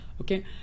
okay